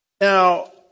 Now